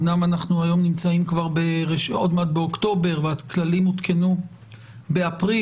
אמנם אנחנו היום נמצאים עוד מעט באוקטובר והכללים הותקנו באפריל,